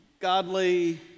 godly